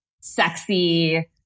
sexy